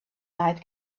night